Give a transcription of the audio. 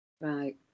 Right